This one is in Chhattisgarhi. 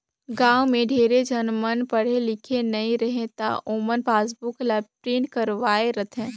गाँव में ढेरे झन मन पढ़े लिखे नई रहें त ओमन पासबुक ल प्रिंट करवाये रथें